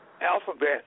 alphabet